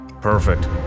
Perfect